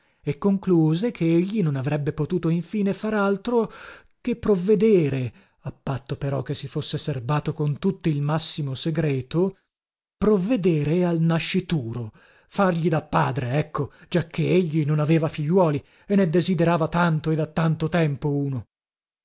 e concluse che egli non avrebbe potuto infine far altro che provvedere a patto però che si fosse serbato con tutti il massimo segreto provvedere al nascituro fargli da padre ecco giacché egli non aveva figliuoli e ne desiderava tanto e da tanto tempo uno